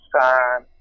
time